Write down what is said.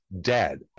dead